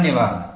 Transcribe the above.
धन्यवाद